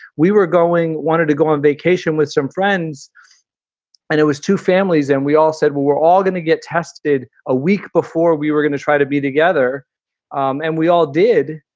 we were going wanted to go on vacation with some friends and it was two families. and we all said, well, we're all going to get tested a week before we were going to try to be together um and we all did.